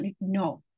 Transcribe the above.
No